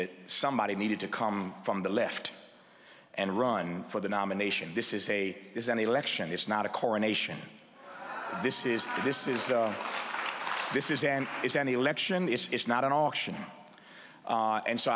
that somebody needed to come from the left and run for the nomination this is a is an election it's not a coronation this is this is this is and it's an election this is not an option and so